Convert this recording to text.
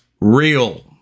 real